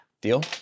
Deal